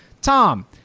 Tom